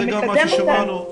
זה מקדם אותנו.